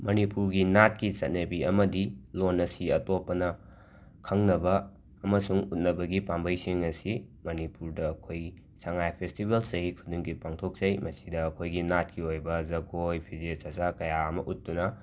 ꯃꯅꯤꯄꯨꯔꯒꯤ ꯅꯥꯠꯀꯤ ꯆꯠꯅꯕꯤ ꯑꯃꯗꯤ ꯂꯣꯟ ꯑꯁꯤ ꯑꯇꯣꯞꯄꯅ ꯈꯪꯅꯕ ꯑꯃꯁꯨꯡ ꯎꯠꯅꯕꯒꯤ ꯄꯥꯝꯕꯩꯁꯤꯡ ꯑꯁꯤ ꯃꯅꯤꯄꯨꯔꯗ ꯑꯩꯈꯣꯏꯒꯤ ꯁꯉꯥꯏ ꯐꯦꯁꯇꯤꯕꯦꯜ ꯆꯍꯤ ꯈꯨꯗꯤꯡꯒꯤ ꯄꯥꯡꯊꯣꯛꯆꯩ ꯃꯁꯤꯗ ꯑꯩꯈꯣꯏꯒꯤ ꯅꯥꯠꯀꯤ ꯑꯣꯏꯕ ꯖꯒꯣꯏ ꯐꯤꯖꯦꯠ ꯆꯥꯛꯆ ꯀꯌꯥ ꯑꯃ ꯎꯠꯇꯨꯅ